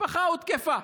המשפחה הותקפה.